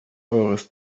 eures